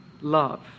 love